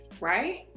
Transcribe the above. right